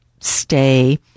stay